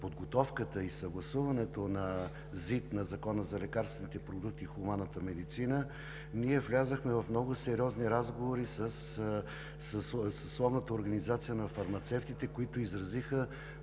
подготовката и съгласуването на ЗИД на Закона за лекарствените продукти в хуманната медицина влязохме в много сериозни разговори със съсловната организация на фармацевтите. Те изразиха